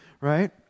right